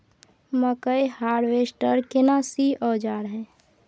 मकई हारवेस्टर केना सी औजार हय?